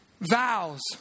vows